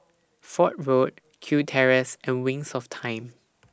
Fort Road Kew Terrace and Wings of Time